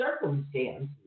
circumstances